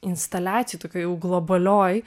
instaliacijoj tokioj jau globalioj